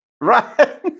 Right